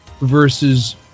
versus